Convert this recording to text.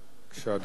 תודה.